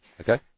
Okay